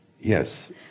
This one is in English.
Yes